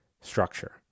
structure